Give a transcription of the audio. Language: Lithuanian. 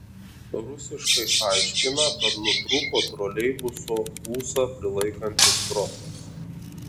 rusiškai aiškina kad nutrūko troleibuso ūsą prilaikantis trosas